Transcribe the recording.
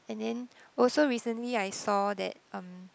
and then also recently I saw that um